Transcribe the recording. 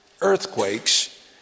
earthquakes